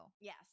Yes